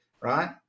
right